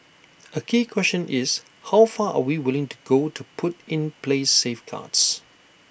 A key question is how far are we willing to go to put in place safeguards